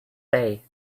day